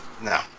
No